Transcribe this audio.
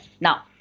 Now